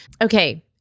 Okay